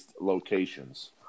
locations